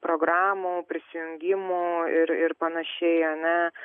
programų prisijungimų ir ir panašiai ane